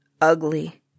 ugly